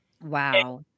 Wow